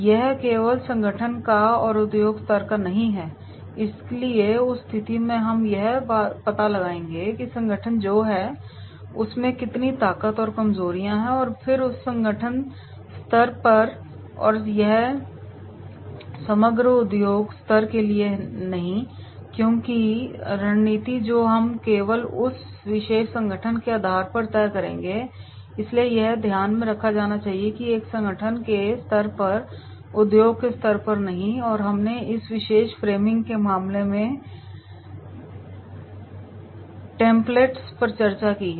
यह केवल संगठन का है और उद्योग स्तर का नहीं है इसलिए उस स्थिति में हम यह पता लगाएंगे कि संगठन जो है उसमें कितनी ताकत और कमजोरियां हैं और फिर संगठन स्तर पर है और यह समग्र उद्योग स्तर के लिए नहीं है क्योंकि रणनीति जो हम केवल उस विशेष संगठन के आधार पर तय करेंगे इसलिए यह ध्यान में रखा जाना चाहिए कि यह एक संगठन के स्तर पर है और उद्योग के स्तर पर नहीं हमने इस विशेष फ़्रेमिंग के रूप में मामले के टेम्पलेट्स पर चर्चा की है